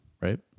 right